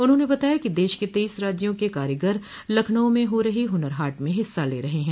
उन्होंने बताया कि देश के तेइस राज्यों के कारीगर लखनऊ में हो रही हनर हाट में हिस्सा ले रहे हैं